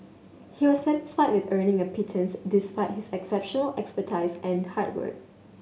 he was satisfied with earning a pittance despite his exceptional expertise and hard work